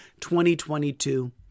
2022